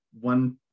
one